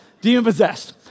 demon-possessed